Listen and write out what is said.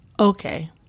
Okay